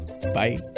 Bye